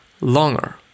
longer